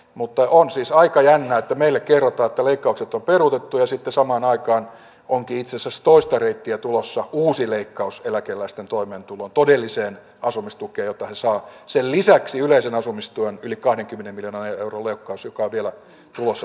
mutta on siis aika jännää meille kerrottu että leikkaukset on peruutettu ja sitä samaan aikaan oltiin sisustoista reittiä tulossa uusi leikkaus eläkeläisten toimeentuloon todelliseen asumistukeen risoo sen lisäksi yleisen asumistuen yli kahdenkymmenen eurolle kun sitä vielä tulossa